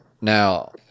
Now